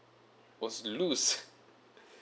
was loose